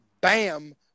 Bam